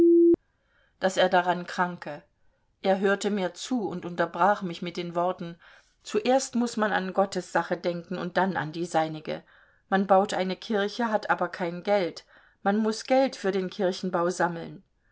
daß er daran kranke er hörte mir zu und unterbrach mich mit den worten zuerst muß man an gottes sache denken und dann an die seinige man baut eine kirche hat aber kein geld man muß geld für den kirchenbau sammeln